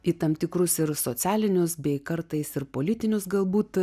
į tam tikrus socialinius bei kartais ir politinius galbūt